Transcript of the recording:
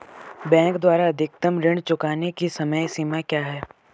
Bank द्वारा अधिकतम ऋण चुकाने की समय सीमा क्या है?